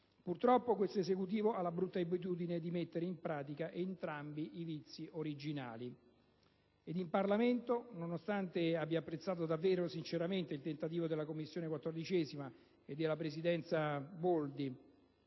Purtroppo questo Esecutivo ha la brutta abitudine di mettere in pratica entrambi i vizi originali. Ed il Parlamento, nonostante abbia apprezzato davvero sinceramente il tentativo della 14aCommissione e della presidente Boldi